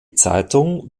zeitung